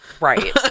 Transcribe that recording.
Right